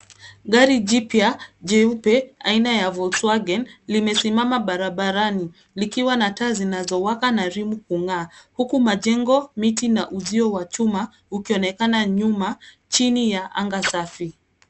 Gari jipya, jeupe, aina ya Volkswagen, limesimama barabarani, likiwa na taa zinazowaka na rimu kung'aa, huku majengo, miti na uzio wa chuma, ukionekana nyuma, chini ya anga safi.